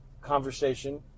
conversation